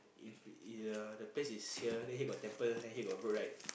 if if the place is here then here got temple then here got road right